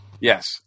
Yes